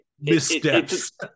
missteps